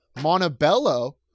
Montebello